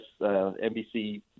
NBC